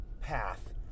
path